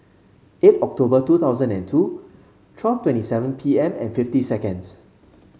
eight October two thousand and two twelve twenty seven P M and fifty seconds